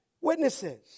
Witnesses